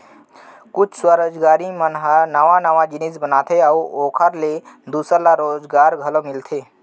कुछ स्वरोजगारी मन ह नवा नवा जिनिस बनाथे अउ ओखर ले दूसर ल रोजगार घलो मिलथे